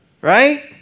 Right